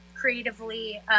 creatively